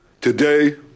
today